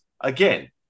again